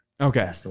Okay